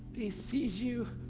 he sees you.